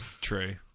True